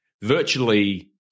virtually